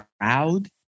Proud